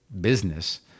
business